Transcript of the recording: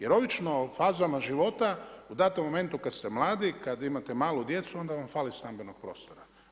Jer obično u fazama života u danom momentu kada ste mladi, kada imate malu djecu onda vam fali stambenog prostora.